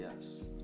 yes